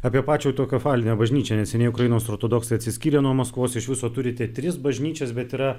apie pačią autokefalinę bažnyčią neseniai ukrainos ortodoksai atsiskyrė nuo maskvos iš viso turite tris bažnyčias bet yra